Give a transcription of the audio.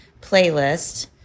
playlist